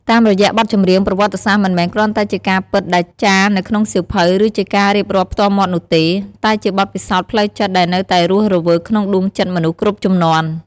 តាមរយៈបទចម្រៀង ប្រវត្តិសាស្ត្រមិនមែនគ្រាន់តែជាការពិតដែលចារនៅក្នុងសៀវភៅ ឬជាការរៀបរាប់ផ្ទាល់មាត់នោះទេ តែជាបទពិសោធន៍ផ្លូវចិត្តដែលនៅតែរស់រវើកក្នុងដួងចិត្តមនុស្សគ្រប់ជំនាន់។